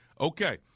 Okay